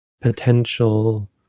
potential